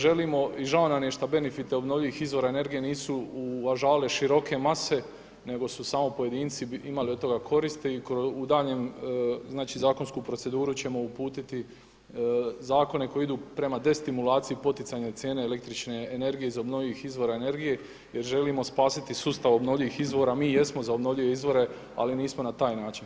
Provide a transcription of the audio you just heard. Želimo i žao nam je šta benefite obnovljivih izvora energije nisu uvažavale široke mase nego su samo pojedinci imali od toga koristi i u daljnjem, znači zakonsku proceduru ćemo uputiti zakone koji idu prema destimulaciji poticanja cijene električne energije iz obnovljivih izvora energije jer želimo spasiti sustav obnovljivih izvora, mi i jesmo za obnovljive izvore ali nismo na taj način.